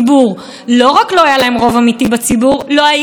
אני מאמינה בכנסת ואני מאמינה בנבחריה,